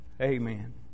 Amen